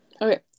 okay